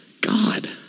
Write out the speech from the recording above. God